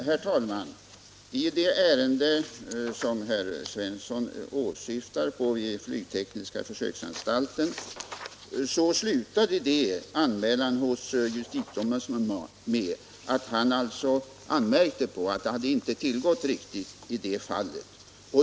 Herr talman! I det ärende som herr Svensson i Malmö åsyftar vid flygtekniska försöksanstalten slutade anmälan hos justitieombudsmannen med att han anmärkte på att det inte hade tillgått på ett riktigt sätt.